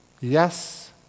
Yes